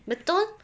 betul